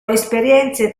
esperienze